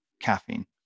caffeine